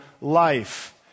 life